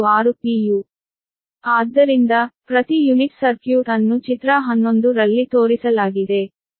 u ಆದ್ದರಿಂದ ಪ್ರತಿ unit circuit ಅನ್ನು ಚಿತ್ರ 11 ರಲ್ಲಿ ತೋರಿಸಲಾಗಿದೆ